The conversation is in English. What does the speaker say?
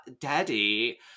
daddy